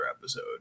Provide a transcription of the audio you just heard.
episode